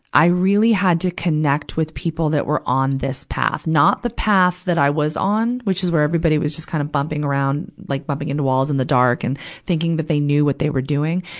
i really had to connect with people that were on this path, not the path that i was on which is where everybody was just kind of bumping around, like bumping into walls in the dark and thinking that they knew what they were doing.